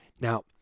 Now